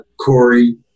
Corey